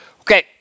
okay